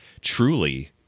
truly